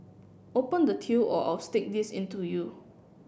open the till or I'll stick this into you